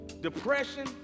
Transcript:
depression